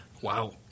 Wow